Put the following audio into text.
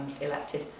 elected